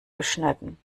geschnitten